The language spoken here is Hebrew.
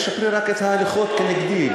תשפרי רק את ההליכות נגדי,